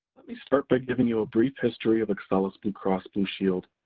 let me start by giving you a brief history of excellus blue cross blue shield.